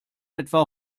etwa